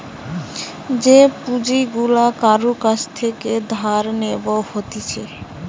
যে পুঁজি গুলা কারুর কাছ থেকে ধার নেব হতিছে